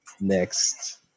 next